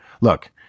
look